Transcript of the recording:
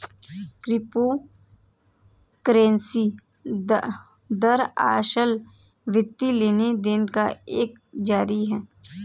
crypto currency दरअसल, वित्तीय लेन देन का एक जरिया है